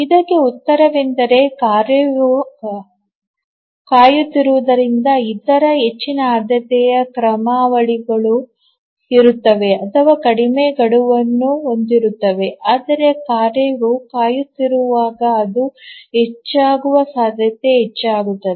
ಇದಕ್ಕೆ ಉತ್ತರವೆಂದರೆ ಕಾರ್ಯವು ಕಾಯುತ್ತಿರುವುದರಿಂದ ಇತರ ಹೆಚ್ಚಿನ ಆದ್ಯತೆಯ ಕ್ರಮಾವಳಿಗಳು ಇರುತ್ತವೆ ಅಥವಾ ಕಡಿಮೆ ಗಡುವನ್ನು ಹೊಂದಿರುತ್ತವೆ ಆದರೆ ಕಾರ್ಯವು ಕಾಯುತ್ತಿರುವಾಗ ಅದು ಹೆಚ್ಚಾಗುವ ಸಾಧ್ಯತೆ ಹೆಚ್ಚಾಗುತ್ತದೆ